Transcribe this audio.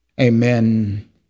Amen